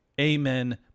Amen